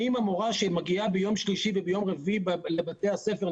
האם המורה שמגיעה ביום שלישי וביום רביעי לבתי הספר,